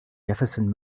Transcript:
jefferson